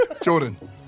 Jordan